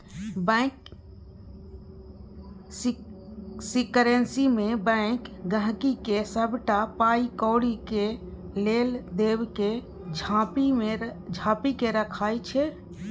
bank सिकरेसीमे bank गांहिकीक सबटा पाइ कौड़ी केर लेब देब केँ झांपि केँ राखय छै